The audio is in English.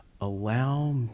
allow